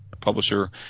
publisher